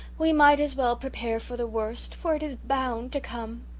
we might as well prepare for the worst for it is bound to come.